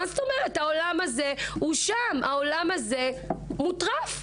העולם הזה שם, העולם הזה מוטרף.